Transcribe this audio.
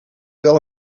wel